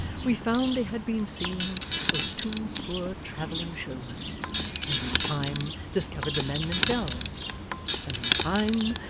we found they had been seen with two poor travelling showmen and in time discovered the men themselves and in time,